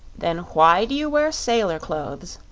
then why do you wear sailor clothes?